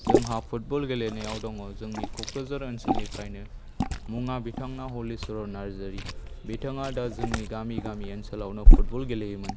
जोंहा फुटबल गेलेनायाव दङ जोंनि क'क्राझार ओनसोलनिफ्रायनो मुङा बिथाङा हलिचरन नार्जारि बिथाङा दा जोंनि गामि गामि ओनसोलावनो फुटबल गेलेयोमोन